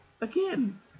Again